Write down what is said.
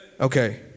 Okay